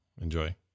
enjoy